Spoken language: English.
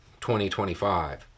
2025